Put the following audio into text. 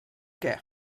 què